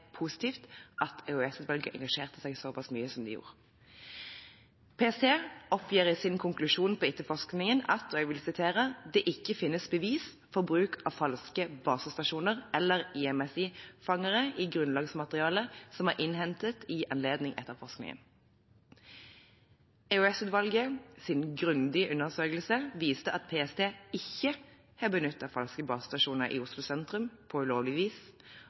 positivt at EOS-utvalget engasjerer seg i så pass mye som de gjorde. PST oppgir i sin konklusjon på etterforskningen at «det ikke finnes bevis for bruk av falske basestasjoner eller IMSI-fangere i grunnlagsmaterialet som er innhentet i anledning etterforskningen». EOS-utvalgets grundige undersøkelse viste at PST ikke har benyttet falske basestasjoner i Oslo sentrum på ulovlig vis,